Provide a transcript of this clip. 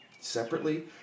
separately